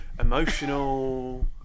emotional